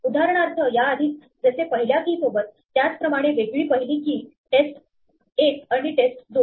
उदाहरणार्थ या आधीच जसे पहिल्या key सोबत त्याच प्रमाणे वेगळी पहिली key टेस्ट 1 आणि टेस्ट 2